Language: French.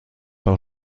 par